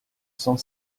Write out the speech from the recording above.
cent